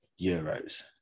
Euros